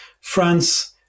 France